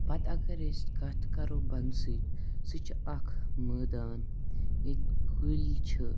پَتہٕ اَگَر أسۍ کتھ کَرو بَنٛگسٕچ سُہ چھُ اکھ مٲدان ییٚتہِ کُلۍ چھِ